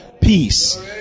peace